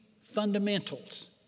fundamentals